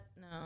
no